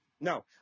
no